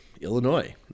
Illinois